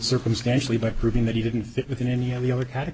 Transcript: circumstantially by proving that he didn't fit within any of the other cat